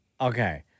Okay